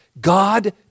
God